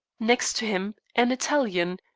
next to him, an italian,